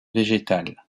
végétale